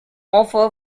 offer